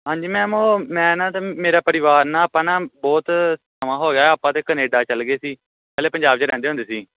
ਹਾਂਜੀ ਮੈਮ ਉਹ ਮੈਂ ਨਾ ਅਤੇ ਮੇਰਾ ਪਰਿਵਾਰ ਨਾ ਆਪਾਂ ਨਾ ਬਹੁਤ ਸਮਾਂ ਹੋ ਗਿਆ ਆਪਾਂ ਤਾਂ ਕੈਨੇਡਾ ਚਲੇ ਗਏ ਸੀ ਪਹਿਲਾਂ ਪੰਜਾਬ 'ਚ ਰਹਿੰਦੇ ਹੁੰਦੇ ਸੀ